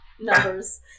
numbers